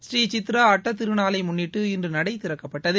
ஸ்ரீசித்ரா அட்ட திருநாளை முன்னிட்டு இன்று நடை திறக்கப்பட்டது